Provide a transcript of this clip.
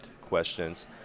questions